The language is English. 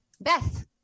beth